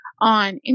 on